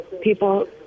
people